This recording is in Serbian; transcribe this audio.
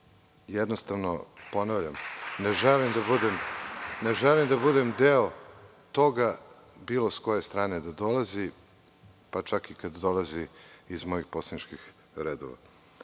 milijaredi. Ponavljam, ne želim da budem deo toga bilo sa koje strane da dolazi, pa čak i kada dolazi iz mojih poslaničkih redova.